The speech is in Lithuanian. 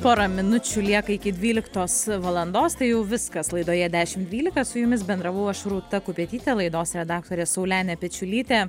pora minučių lieka iki dvyliktos valandos tai jau viskas laidoje dešimt dvylika su jumis bendravau aš rūta kupetytė laidos redaktorė saulenė pečiulytė